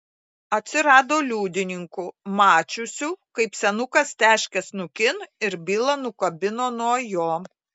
atsirado liudininkų mačiusių kaip senukas teškia snukin ir bylą nukabino nuo jo